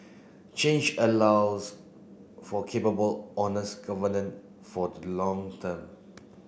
change allows for capable honest for the long term